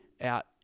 out